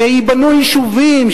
שייבנו יישובים,